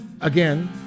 Again